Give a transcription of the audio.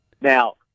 Now